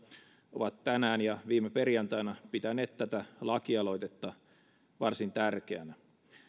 ovat tänään ja viime perjantaina pitäneet tätä lakialoitetta varsin tärkeänä